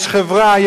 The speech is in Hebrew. יש חברה,